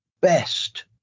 best